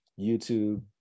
YouTube